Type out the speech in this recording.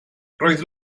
roedd